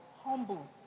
Humble